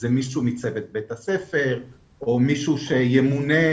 אלא מישהו מצוות בית הספר או מישהו שימונה,